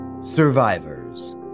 Survivors